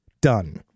done